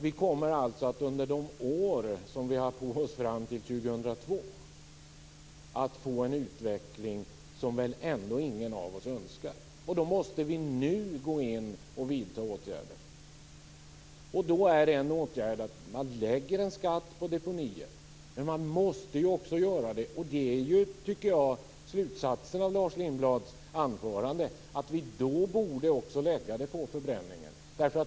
Vi kommer att under åren fram till 2002 få en utveckling som ingen av oss önskar. Då måste vi nu gå in och vidta åtgärder. En åtgärd är att lägga en skatt på deponier. Men man måste också lägga den på förbränningen. Det tycker jag är slutsatsen av Lars Lindblads anförande.